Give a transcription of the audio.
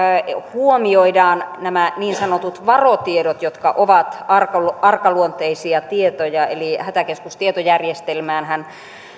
huomioidaan nämä niin sanotut varotiedot jotka ovat arkaluonteisia tietoja eli hätäkeskustietojärjestelmäänhän